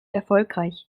erfolgreich